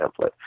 template